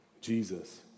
Jesus